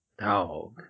Dog